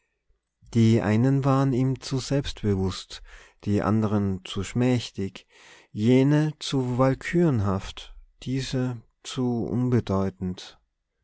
die einen waren ihm zu selbstbewußt die anderen zu schmächtig jene zu walkürenhaft diese zu unbedeutend